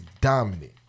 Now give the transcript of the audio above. dominant